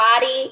body